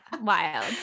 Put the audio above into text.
wild